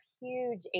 huge